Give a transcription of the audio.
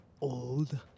Old